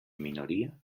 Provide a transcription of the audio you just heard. minoria